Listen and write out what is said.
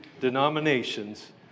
denominations